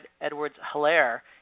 Edwards-Hilaire